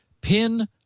PIN